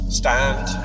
stand